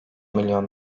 milyon